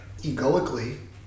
Egoically